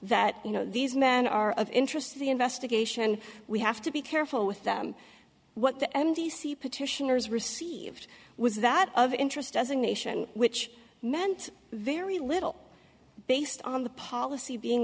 that you know these men are of interest to the investigation we have to be careful with them what the m t c petitioners received was that of interest as a nation which meant very little based on the policy being